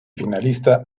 finalista